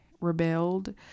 rebelled